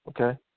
okay